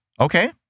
okay